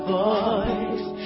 voice